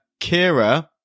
Kira